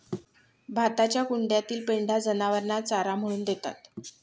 भाताच्या कुंड्यातील पेंढा जनावरांना चारा म्हणून देतात